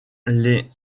est